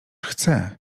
chce